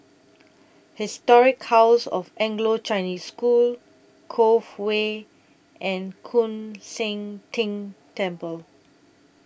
Historic House of Anglo Chinese School Cove Way and Koon Seng Ting Temple